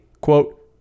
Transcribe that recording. quote